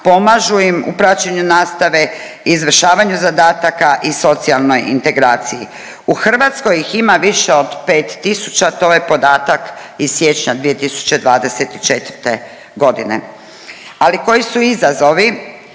pomažu im u praćenju nastave, izvršavanju zadataka i socijalnoj integraciji. U Hrvatskoj ih ima više od 5 tisuća, to je podatak iz siječnja 2024. g. Ali koji su izazovi?